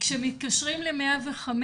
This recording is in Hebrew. כשמתקשרים ל-105,